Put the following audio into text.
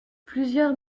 plusieurs